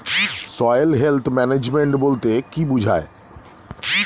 Soil health management বলতে কি বুঝায়?